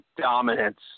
dominance